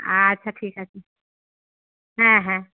আচ্ছা ঠিক আছে হ্যাঁ হ্যাঁ